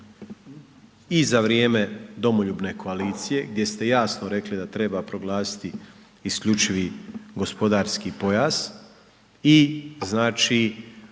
i za vrijeme Domoljubne koalicije, gdje ste jasno rekli da treba proglasiti IGP i znači, ovaj za